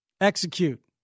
execute